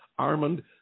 Armand